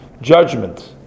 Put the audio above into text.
judgment